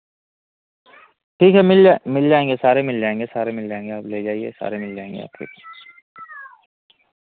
ठीक है मिल जा मिल जाएँगे सारे मिल जाऍंगे सारे मिल जाएँगे आप ले जाइए सारे मिल जाएँगे आपके